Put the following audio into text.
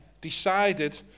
decided